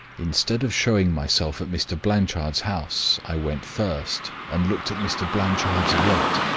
instead of showing myself at mr. blanchard's house, i went first and looked at mr. blanchard's yacht.